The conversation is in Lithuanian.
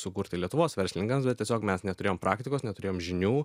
sukurti lietuvos verslininkams bet tiesiog mes neturėjom praktikos neturėjom žinių